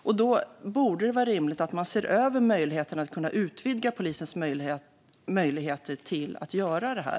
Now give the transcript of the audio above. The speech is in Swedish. Därför borde det vara rimligt att man ser över möjligheten att utvidga polisens möjligheter till brottsprovokation.